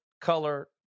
color